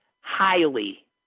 highly